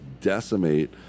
decimate